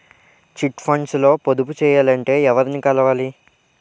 Chit funds లో పొదుపు చేయాలంటే ఎవరిని కలవాలి?